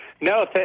No